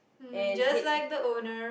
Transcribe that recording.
and head